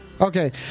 Okay